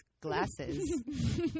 glasses